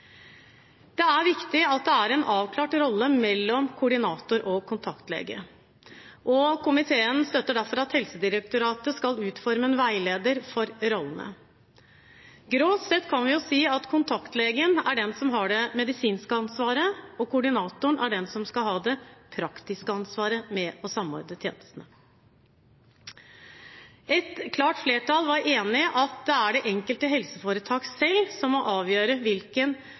Det er viktig at det er en avklart rolle mellom koordinator og kontaktlege, og komiteen støtter derfor at Helsedirektoratet skal utforme en veileder for rollene. Grovt sett kan vi si kontaktlegen er den som har det medisinske ansvaret, og koordinatoren er den som skal ha det praktiske ansvaret for å samordne tjenestene. Et klart flertall var enig om at det er det enkelte helseforetak som selv må avgjøre hvilken